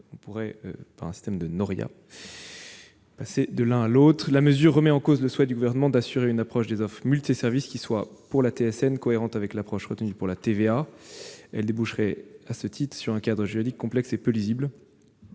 possible, par un système de noria, de passer de l'un à l'autre. La mesure remet en cause le souhait du Gouvernement d'assurer une approche des offres multiservices qui soit pour la TSN cohérente avec l'approche retenue pour la TVA. Si elle était adoptée, cette mesure déboucherait sur un cadre juridique complexe et peu lisible.